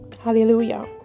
hallelujah